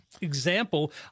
example